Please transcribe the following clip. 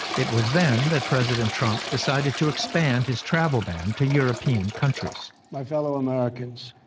it was then that president trump decided to expand his travel ban to european countries. my fellow americans,